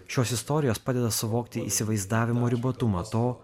šios istorijos padeda suvokti įsivaizdavimo ribotumą to